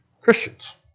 Christians